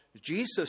Jesus